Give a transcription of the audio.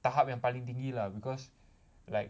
tahap yang paling tinggi lah because like